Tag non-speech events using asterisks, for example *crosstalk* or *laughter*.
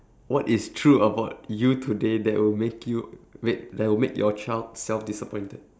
what is true about you today that will make you *noise* wait that will make your child self disappointed